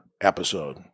episode